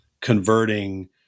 converting